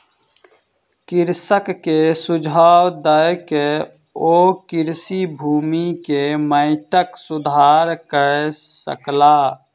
कृषक के सुझाव दय के ओ कृषि भूमि के माइटक सुधार कय सकला